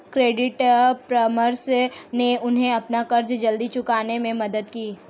credit परामर्श ने उन्हें अपना कर्ज जल्दी चुकाने में मदद की